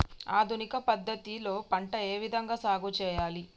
ఆధునిక పద్ధతి లో పంట ఏ విధంగా సాగు చేయాలి?